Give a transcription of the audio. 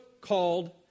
called